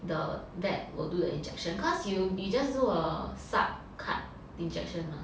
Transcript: the vet will do the injection cause you you just do a a sub cut injection mah